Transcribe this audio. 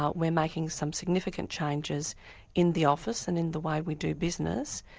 ah we're making some significant changes in the office and in the way we do business,